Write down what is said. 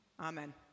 amen